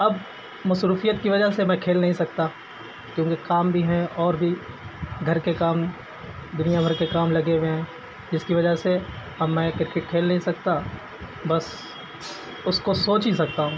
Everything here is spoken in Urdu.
اب مصروفیت کی وجہ سے میں کھیل نہیں سکتا کیوں کہ کام بھی ہیں اور بھی گھر کے کام دنیا بھر کے کام لگے ہوئے ہیں جس کی وجہ سے اب میں کرکٹ کھیل ںہیں سکتا بس اس کو سوچ ہی سکتا ہوں